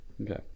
Okay